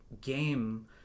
game